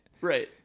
Right